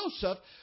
Joseph